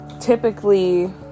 typically